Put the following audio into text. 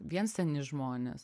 vien seni žmonės